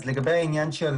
לגבי העניין של